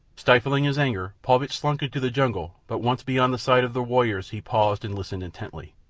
stifling his anger, paulvitch slunk into the jungle but once beyond the sight of the warriors he paused and listened intently.